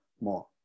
more